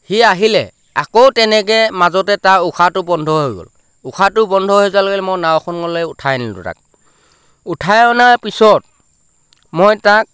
সি আহিলে আকৌ তেনেকৈ মাজতে তাৰ উশাহটো বন্ধ হৈ গ'ল উশাহটো বন্ধ হৈ যোৱাৰ লগে লগে মই নাওখনলে উঠাই নিলোঁ তাক উঠাই অনাৰ পিছত মই তাক